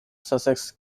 sussex